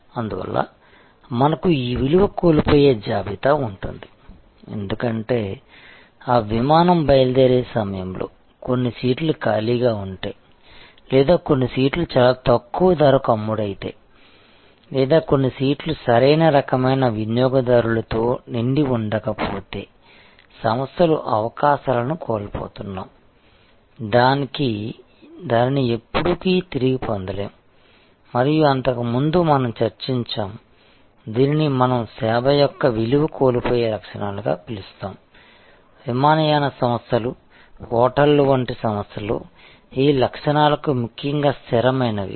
అందువల్ల మనకు ఈ విలువ కోల్పోయే జాబితా ఉంటుంది ఎందుకంటే ఆ విమానం బయలుదేరే ఈ సమయంలో కొన్ని సీట్లు ఖాళీగా ఉంటే లేదా కొన్ని సీట్లు చాలా తక్కువ ధరకు అమ్ముడైతే లేదా కొన్ని సీట్లు సరైన రకమైన వినియోగదారులతో నిండి ఉండకపోతే సంస్థలు అవకాశాలను కోల్పోతున్నాము దానిని మనం ఎప్పటికీ తిరిగి పొందలేము మరియు అంతకుముందు మనం చర్చించాము దీనిని మనం సేవ యొక్క విలువ కోల్పోయే లక్షణాలుగా పిలుస్తాము విమానయాన సంస్థలు హోటళ్ళు వంటి సంస్థలో ఈ లక్షణాలకు ముఖ్యంగా స్థిరమైనవి